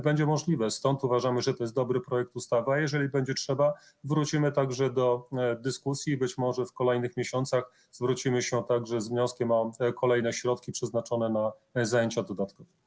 Będzie to możliwe, stąd uważamy, że to jest dobry projekt ustawy, a jeżeli będzie trzeba, wrócimy także do dyskusji, być może w kolejnych miesiącach zwrócimy się także z wnioskiem o kolejne środki przeznaczone na zajęcia dodatkowe.